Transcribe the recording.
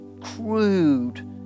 crude